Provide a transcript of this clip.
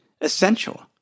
essential